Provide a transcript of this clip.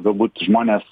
galbūt žmonės